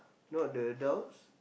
not the adults